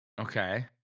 Okay